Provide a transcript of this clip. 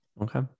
Okay